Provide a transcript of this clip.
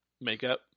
Makeup